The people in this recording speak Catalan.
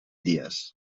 dies